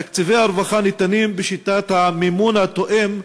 תקציבי הרווחה ניתנים בשיטת המימון התואם,